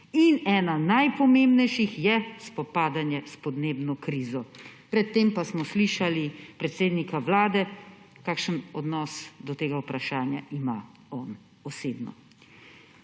Ena najpomembnejših je spopadanje s podnebno krizo. Pred tem pa smo slišali predsednika Vlade, kakšen odnos do tega vprašanja ima on osebno.